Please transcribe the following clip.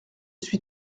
suis